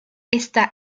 está